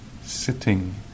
Sitting